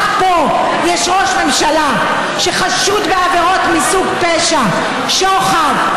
רק פה יש ראש ממשלה שחשוד בעבירות מסוג פשע: שוחד,